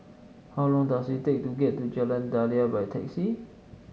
how long does it take to get to Jalan Daliah by taxi